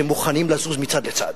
שמוכנים לזוז מצד לצד.